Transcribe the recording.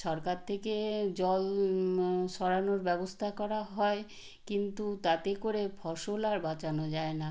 সরকার থেকে জল সরানোর ব্যবস্থা করা হয় কিন্তু তাতে করে ফসল আর বাঁচানো যায় না